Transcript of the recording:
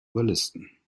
überlisten